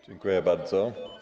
Dziękuję bardzo.